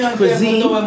Cuisine